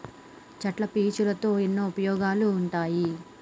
చెట్ల పీచులతో ఎన్నో ఉపయోగాలు ఉంటాయి